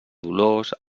dolors